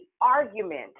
argument